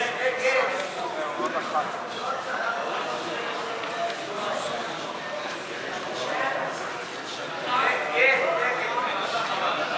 ההסתייגות (52) של קבוצת סיעת הרשימה המשותפת לסעיף 2 לא נתקבלה.